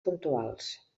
puntuals